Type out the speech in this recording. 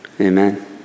Amen